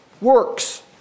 works